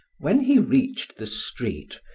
when he reached the street,